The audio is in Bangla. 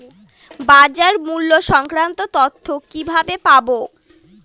বাজার মূল্য সংক্রান্ত তথ্য কিভাবে পাবো?